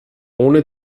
ohne